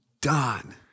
done